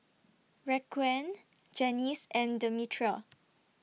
Raquan Janis and Demetria